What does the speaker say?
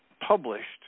published